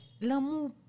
l'amour